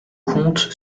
compte